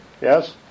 Yes